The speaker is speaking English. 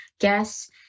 guess